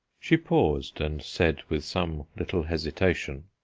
she paused and said with some little hesitation,